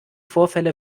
vorfälle